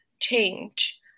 change